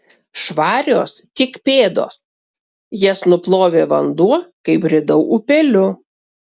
švarios tik pėdos jas nuplovė vanduo kai bridau upeliu